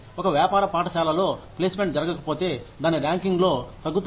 ఒక వ్యాపార పాఠశాలలో ప్లేస్మెంట్ జరగకపోతే దాని ర్యాంకింగ్లో తగ్గుతాయి